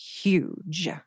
huge